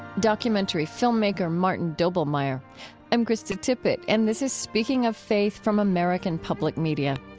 documentary filmmaker martin doblmeier i'm krista tippett, and this is speaking of faith from american public media.